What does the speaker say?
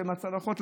עם הצלחות?